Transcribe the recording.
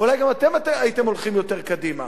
אולי גם אתם הייתם הולכים יותר קדימה